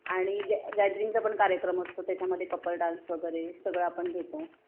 आणि गॅ गॅदरिंगचा पण कार्यक्रम असतो त्याच्यामध्ये कपल डान्स वगैरे सगळं आपण घेतो